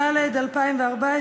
הצעת החוק הרבנות הראשית לישראל (תיקון מס' 7) (רב ראשי אחד לישראל),